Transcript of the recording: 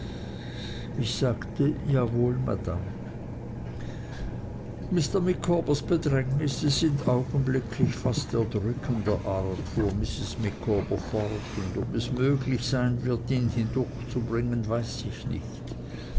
ich sagte jawohl madame mr micawbers bedrängnisse sind augenblicklich fast erdrückender art fuhr mrs micawber fort und ob es möglich sein wird ihn hindurchzubringen weiß ich nicht